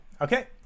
okay